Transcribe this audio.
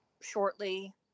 shortly